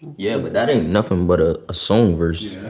yeah. but that ain't nothing but a ah song verse.